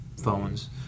phones